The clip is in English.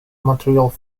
material